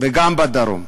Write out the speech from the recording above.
וגם בדרום.